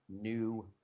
new